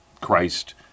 Christ